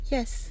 Yes